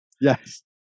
Yes